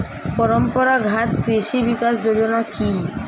পরম্পরা ঘাত কৃষি বিকাশ যোজনা কি?